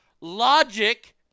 logic